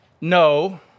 no